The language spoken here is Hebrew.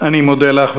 אני מודה לך.